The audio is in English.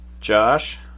Josh